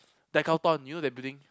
Decathlon you knew the building